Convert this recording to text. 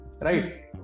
Right